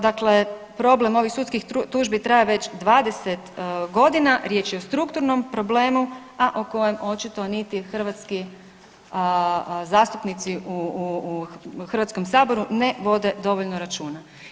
Dakle, problem ovih sudskih tužbi traje već 20 godina, riječ je o strukturnom problemu, a o kojem očito niti hrvatski zastupnici u Hrvatskom saboru ne vode dovoljno računa.